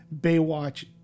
Baywatch